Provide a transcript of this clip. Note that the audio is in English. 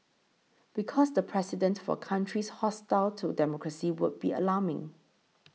because the precedent for countries hostile to democracy would be alarming